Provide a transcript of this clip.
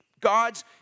gods